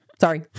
Sorry